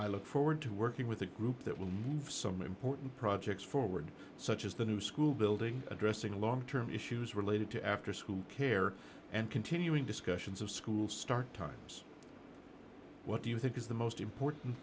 i look forward to working with a group that will move some important projects forward such as the new school building addressing long term issues related to after school care and continuing discussions of school start times what do you think is the most important